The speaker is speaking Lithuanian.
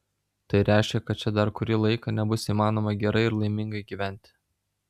tai reiškia kad čia dar kurį laiką nebus įmanoma gerai ir laimingai gyventi